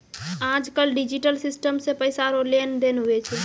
आज कल digital system से पैसा रो लेन देन हुवै छै